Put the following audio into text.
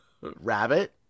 rabbit